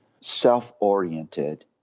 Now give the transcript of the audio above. self-oriented